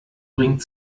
bringt